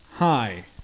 Hi